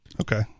Okay